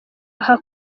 aha